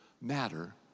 matter